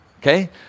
Okay